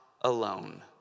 alone